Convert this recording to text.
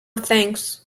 thanks